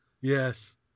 Yes